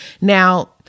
Now